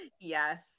yes